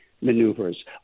maneuvers